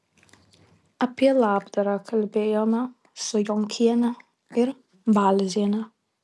apie labdarą kalbėjome su jonkiene ir balziene